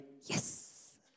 yes